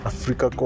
Africa